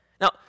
Now